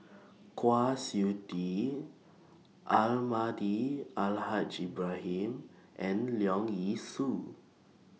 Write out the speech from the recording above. Kwa Siew Tee Almahdi Al Haj Ibrahim and Leong Yee Soo